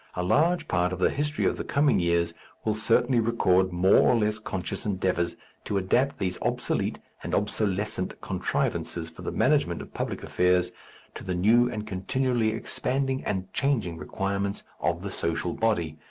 a large part of the history of the coming years will certainly record more or less conscious endeavours to adapt these obsolete and obsolescent contrivances for the management of public affairs to the new and continually expanding and changing requirements of the social body,